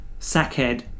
Sackhead